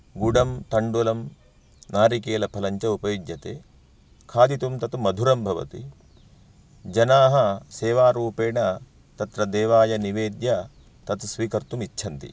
गुडं तण्डुलं नारिकेलफलञ्च उपयुज्यते खादितुं तत् मधुरं भवति जनाः सेवारूपेण तत्र देवाय निवेद्य तत् स्वीकर्तुम् इच्छन्ति